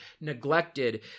neglected